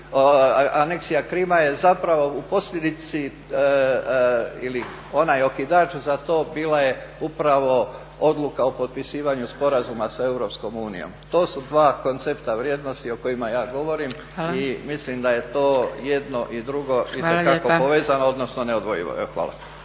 aneksija Krima je zapravo u posljedici ili onaj okidač za to bila je upravo odluka o potpisivanju sporazuma sa Europskom unijom. To su dva koncepta vrijednosti o kojima ja govorim i mislim da je to jedno i drugo itekako povezano odnosno neodvojivo. Evo